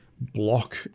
block